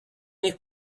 nel